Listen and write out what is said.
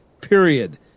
period